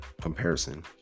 comparison